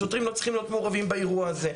השוטרים לא צריכים להיות מעורבים באירוע הזה.